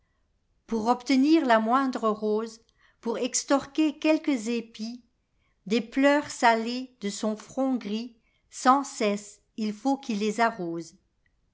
pour obtenir la moindre rose pour extorquer quelques épis des pleurs salés de son front grissans cesse il faut qu'il les arrose